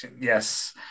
Yes